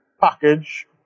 package